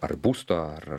ar būsto ar